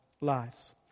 lives